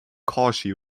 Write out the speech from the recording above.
cauchy